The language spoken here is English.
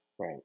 right